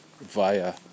via